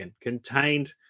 contained